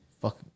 Fuck